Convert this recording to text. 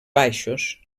baixos